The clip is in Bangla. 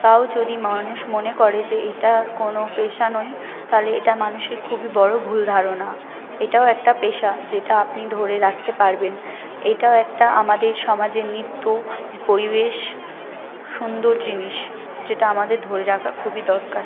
তাও যদি মানুষ মনে করে যে এইটার কোনও পেশা নই তাহলে এটা মানুষের খুবই বড়ো ভুল ধারণা এটাও একটা পেশা যেটা আপনি ধরে রাখতে পারবেন এটাও একটা আমাদের সমাজের নিত্য পরিবেশ সুন্দর জিনিস যেটা আমাদের ধরে রাখা খুবই দরকার